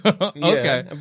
Okay